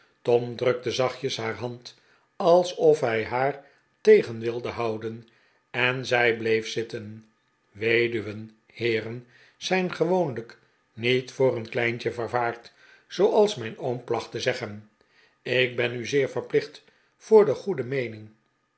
tom drukte zachtjes haar hand alsof hij haar tegen wilde houden en zij bleef zitten weduwen heeren zijn gewoonlijk niet voor een kleintje vervaard zooals mijn oom placht te zeggen ik ben u zeer verplicht voor de goede meening